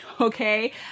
okay